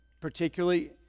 particularly